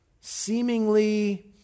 seemingly